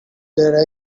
their